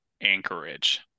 anchorage